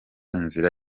inzira